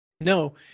no